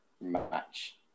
match